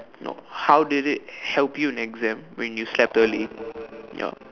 no how does it help you in exam when you slept early